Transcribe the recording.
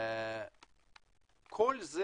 כל זה